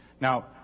Now